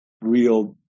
real